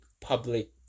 public